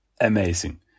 amazing